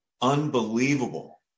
Unbelievable